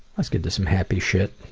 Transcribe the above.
let's get to some happy shit.